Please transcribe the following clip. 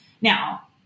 Now